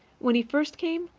when he first came,